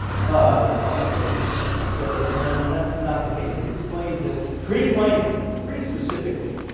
but the bible says no that's not the case. it explains it pretty plainly, pretty specifically,